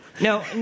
No